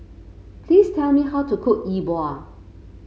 please tell me how to cook Yi Bua